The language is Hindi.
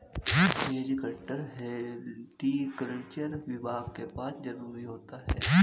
हैज कटर हॉर्टिकल्चर विभाग के पास जरूर होता है